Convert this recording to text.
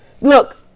look